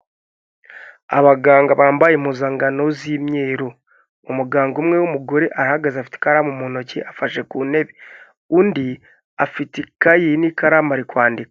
Abaganga bambaye impuzankano z'imyeru, umuganga umwe w'umugore arahagaze afite ikaramu mu ntoki afashe ku ntebe, undi afite kayi n'ikaramu ari kwandika.